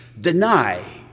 deny